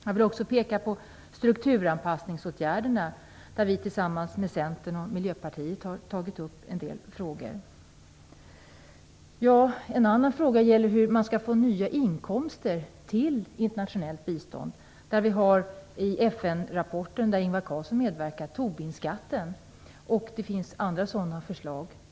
Jag vill också peka på att vi tillsammans med Centern och Miljöpartiet har tagit upp en del frågor kring strukturanpassningsåtgärderna. En annan fråga gäller hur man skall få nya inkomster till internationellt bistånd. I FN-rapporten, där Ingvar Carlsson medverkade, talas det om Tobinskatten. Det finns också andra liknande förslag.